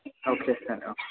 अके सार औ